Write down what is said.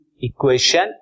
equation